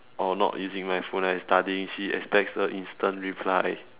or not using my phone and studying she expects a instant reply